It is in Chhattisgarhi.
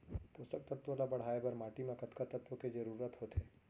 पोसक तत्व ला बढ़ाये बर माटी म कतका तत्व के जरूरत होथे?